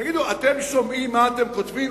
תגידו, אתם שומעים את מה שאתם כותבים?